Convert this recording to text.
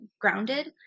grounded